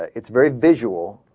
it's very basil